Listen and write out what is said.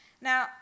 Now